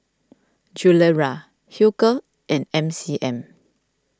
Gilera Hilker and M C M